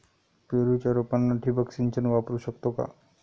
पेरूच्या रोपांना ठिबक सिंचन वापरू शकतो का?